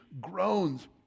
groans